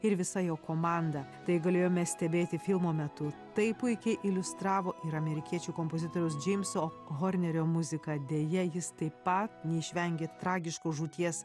ir visa jo komanda tai galėjome stebėti filmo metu tai puikiai iliustravo ir amerikiečių kompozitoriaus džeimso hornerio muzika deja jis taip pat neišvengė tragiškos žūties